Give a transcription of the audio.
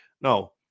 No